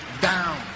down